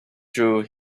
though